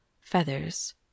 feathers